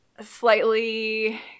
slightly